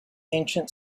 ancient